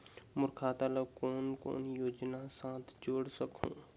मोर खाता ला कौन कौन योजना साथ जोड़ सकहुं?